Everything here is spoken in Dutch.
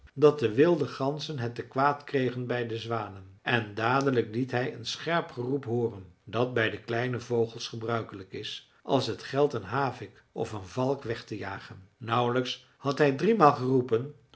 dat de wilde ganzen het te kwaad kregen bij de zwanen en dadelijk liet hij het scherp geroep hooren dat bij de kleine vogels gebruikelijk is als het geldt een havik of een valk weg te jagen nauwelijks had hij driemaal geroepen